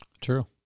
true